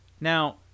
Now